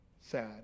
sad